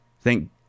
thank